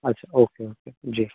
अच्छा okay okay जी